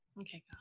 Okay